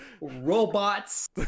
Robots